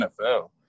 NFL